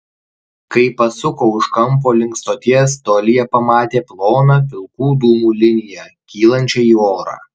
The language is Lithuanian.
kai pasuko už kampo link stoties tolyje pamatė ploną pilkų dūmų liniją kylančią į orą